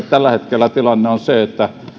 tällä hetkellä tilanne on se että